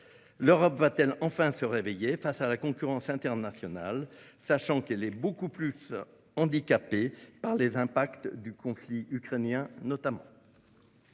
L'Europe va-t-elle enfin se réveiller face à la concurrence internationale, sachant qu'elle est beaucoup plus handicapée notamment par les conséquences du conflit ukrainien ?